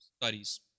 studies